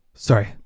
Sorry